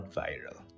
viral